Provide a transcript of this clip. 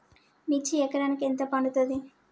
మిర్చి ఎకరానికి ఎంత పండుతది?